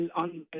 on